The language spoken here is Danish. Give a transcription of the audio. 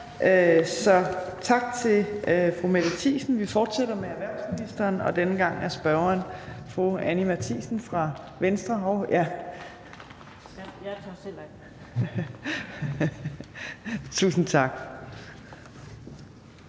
så tak til fru Mette Thiesen. Vi fortsætter med erhvervsministeren, og denne gang er spørgeren fru Anni Matthiesen fra Venstre. Kl. 15:35 Spm. nr.